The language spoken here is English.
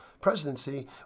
presidency